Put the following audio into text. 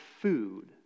food